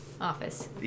Office